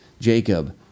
Jacob